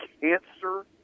cancer